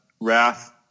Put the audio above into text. wrath